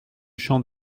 champ